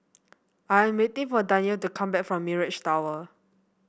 I am waiting for Danyel to come back from Mirage Tower